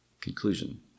Conclusion